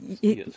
Yes